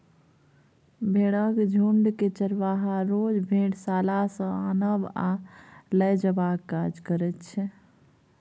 भेंड़क झुण्डकेँ चरवाहा रोज भेड़शाला सँ आनब आ लए जेबाक काज करैत छै